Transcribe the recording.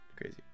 Crazy